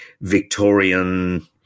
Victorian